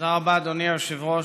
תודה רבה, אדוני היושב-ראש.